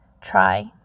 try